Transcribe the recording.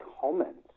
comments